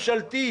את היכולת,